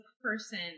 person